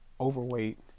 overweight